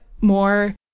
more